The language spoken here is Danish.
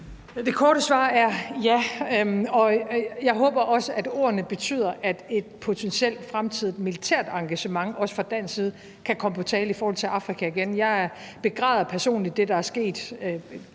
Det korte svar er ja, og jeg håber også, at ordene betyder, at et potentielt fremtidig militært engagement, også fra dansk side, kan komme på tale i forhold til Afrika igen. Jeg begræder personligt det, der er sket